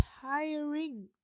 tiring